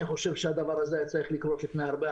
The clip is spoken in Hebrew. אני חושב שהדבר הזה היה צריך לפני הרבה,